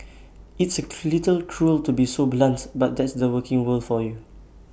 it's A little cruel to be so blunts but that's the working world for you